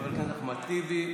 חבר הכנסת אחמד טיבי,